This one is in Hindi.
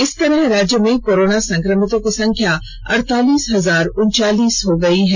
इस तरह राज्य में कोरोना संक्रमितों की संख्या अड़तालीस हजार उनंचालीस हो गई है